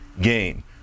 game